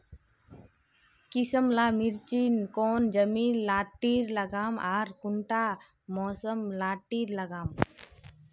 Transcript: किसम ला मिर्चन कौन जमीन लात्तिर लगाम आर कुंटा मौसम लात्तिर लगाम?